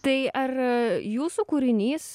tai ar jūsų kūrinys